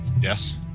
Yes